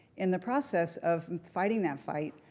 in the process of fighting that fight,